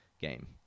game